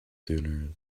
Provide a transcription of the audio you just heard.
sooner